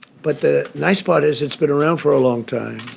but, the nice part is, it's been around for a long time.